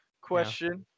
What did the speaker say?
Question